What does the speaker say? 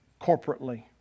corporately